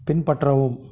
பின்பற்றவும்